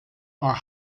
are